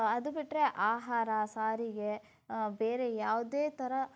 ಅದು ಬಿಟ್ಟರೆ ಆಹಾರ ಸಾರಿಗೆ ಬೇರೆ ಯಾವುದೇ ಥರ